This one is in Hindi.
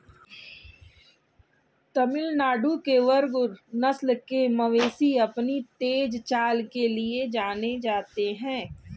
तमिलनाडु के बरगुर नस्ल के मवेशी अपनी तेज चाल के लिए जाने जाते हैं